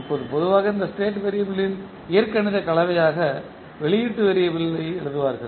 இப்போது பொதுவாக இந்த ஸ்டேட் வேறியபிள் யின் இயற்கணித கலவையாக வெளியீட்டு வேறியபிள் யை எழுதுவீர்கள்